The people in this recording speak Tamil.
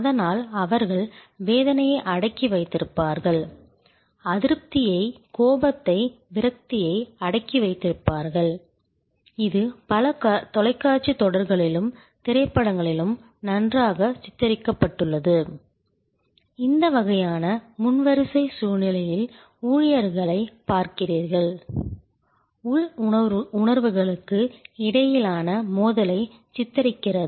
அதனால் அவர்கள் வேதனையை அடக்கி வைத்திருப்பார்கள் அதிருப்தியை கோபத்தை விரக்தியை அடக்கி வைத்திருப்பார்கள் இது பல தொலைக்காட்சித் தொடர்களிலும் திரைப்படங்களிலும் நன்றாகச் சித்தரிக்கப்பட்டுள்ளது இந்த வகையான முன்வரிசை சூழ்நிலையில் ஊழியர்களைப் பார்க்கிறீர்கள் உள் உணர்வுகளுக்கு இடையிலான மோதலை சித்தரிக்கிறது